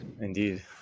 Indeed